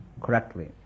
correctly